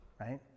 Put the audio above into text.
right